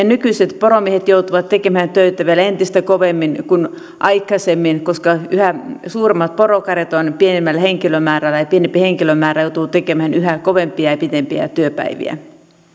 nykyiset poromiehet joutuvat tekemään töitä vielä kovemmin kuin aikaisemmin koska yhä suuremmat porokarjat ovat pienemmällä henkilömäärällä ja ja pienempi henkilömäärä joutuu tekemään yhä kovempia ja pitempiä työpäiviä